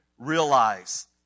realize